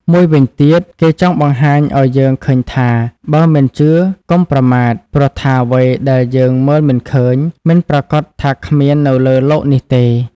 មួយវិញទៀតគេចង់បង្ហាញឲ្យយើងឃើញថា បើមិនជឿកុំប្រមាថ ព្រោះថាអ្វីដែលយើងមើលមិនឃើញ មិនប្រាកដថាគ្មាននៅលើលោកនេះទេ។